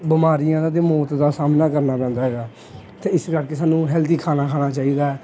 ਬਿਮਾਰੀਆਂ ਦਾ ਅਤੇ ਮੌਤ ਦਾ ਸਾਹਮਣਾ ਕਰਨਾ ਪੈਂਦਾ ਹੈਗਾ ਅਤੇ ਇਸ ਕਰਕੇ ਸਾਨੂੰ ਹੈਲਦੀ ਖਾਣਾ ਖਾਣਾ ਚਾਹੀਦਾ